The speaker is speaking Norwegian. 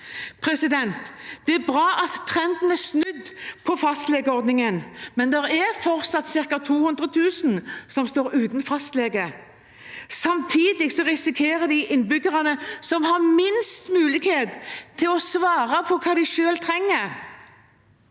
mest da. Det er bra at trenden er snudd innenfor fastlegeordningen, men det er fortsatt ca. 200 000 som står uten fastlege. Samtidig risikerer de innbyggerne som har minst mulighet til å svare på hva de selv trenger,